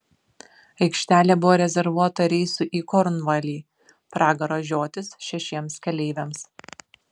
aikštelė buvo rezervuota reisui į kornvalį pragaro žiotis šešiems keleiviams